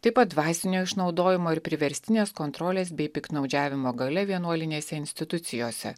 taip pat dvasinio išnaudojimo ir priverstinės kontrolės bei piktnaudžiavimo galia vienuolinėse institucijose